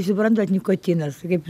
suprantat nikotinas kaip